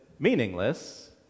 Meaningless